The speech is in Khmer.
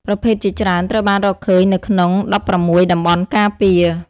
ប្រភេទជាច្រើនត្រូវបានរកឃើញនៅក្នុង ១៦ តំបន់ការពារ។